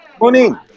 Morning